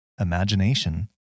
Imagination